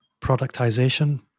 productization